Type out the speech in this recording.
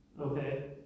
Okay